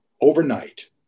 overnight